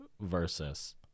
versus